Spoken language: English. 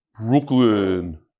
Brooklyn